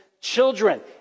children